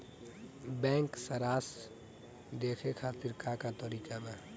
Bank सराश देखे खातिर का का तरीका बा?